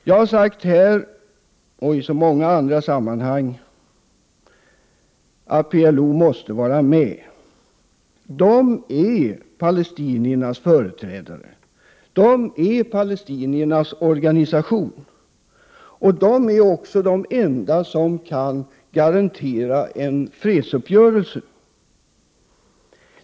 Jag har här, och i många andra sammanhang, sagt att PLO måste vara med. PLO är palestiniernas företrädare. PLO är palestiniernas organisation. PLO är också den enda organisation som kan garantera en fredsuppgörelse.